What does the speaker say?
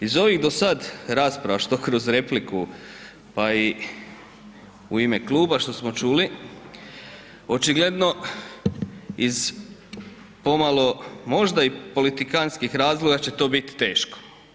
Iz ovih do sad rasprava, što kroz repliku, pa i u ime kluba što smo čuli, očigledno iz pomalo možda i politikantskih razloga će to bit teško.